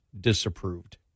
disapproved